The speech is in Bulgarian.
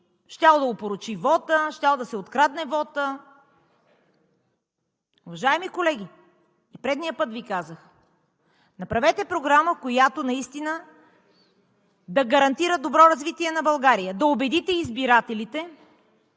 щяло да опорочи вота, щял да се открадне вотът. Уважаеми колеги, и предния път Ви казах: направете програма, която наистина да гарантира добро развитие на България, да убедите избирателите,